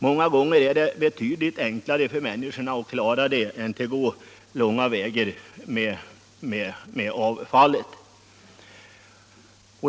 Många gånger är det betydligt enklare för människorna att göra på detta sätt än att gå långa vägar med avfallet.